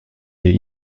est